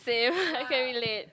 same I can relate